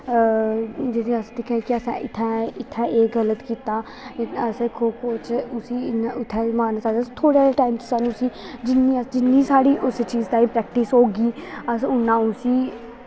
जि'यां अस दिक्खने कि इत्थै एह् गल्त कीता अस खो खो च उत्थेै एह् लाना चाहिदा थोह्ड़ा जेहा टैम उस्सी जिन्नी साढ़ी उस चीज ताहीं प्रैक्टिस होगी अस उन्ना उस्सी